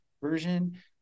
Version